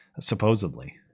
Supposedly